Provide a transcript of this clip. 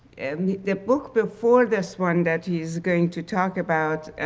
and the the book before this one, that he's going to talk about